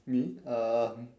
me um